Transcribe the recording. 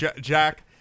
Jack